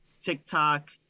TikTok